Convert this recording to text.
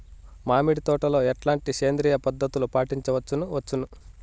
మామిడి తోటలో ఎట్లాంటి సేంద్రియ పద్ధతులు పాటించవచ్చును వచ్చును?